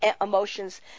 emotions